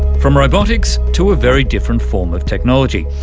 from robotics to a very different form of technology.